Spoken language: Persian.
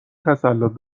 تسلط